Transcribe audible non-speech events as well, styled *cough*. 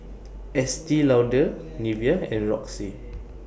Estee Lauder *noise* Nivea and Roxy